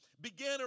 began